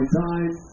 time